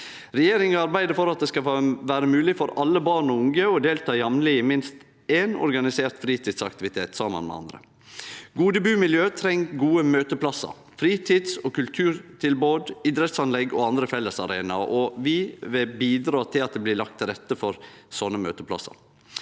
Regjeringa arbeider for at det skal vere mogleg for alle barn og unge å delta jamleg i minst éin organisert fritidsaktivitet saman med andre. Gode bumiljø treng gode møteplassar, fritids- og kulturtilbod, idrettsanlegg og andre fellesarenaer, og vi vil bidra til at det blir lagt til rette for sånne møteplassar.